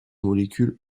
molécule